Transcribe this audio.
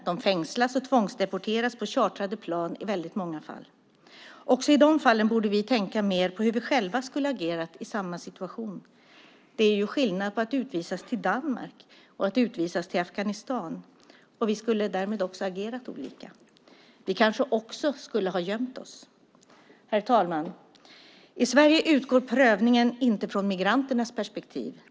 De fängslas och tvångsdeporteras i chartrade plan i många fall. Också i de fallen borde vi tänka mer på hur vi själva skulle ha agerat i samma situation. Det är skillnad på att utvisas till Danmark och att utvisas till Afghanistan. Vi skulle därmed också ha agerat olika. Vi kanske också skulle ha gömt oss. Herr talman! I Sverige utgår prövningen inte från migranternas perspektiv.